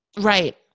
Right